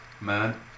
man